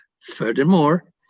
furthermore